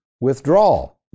withdrawal